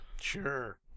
Sure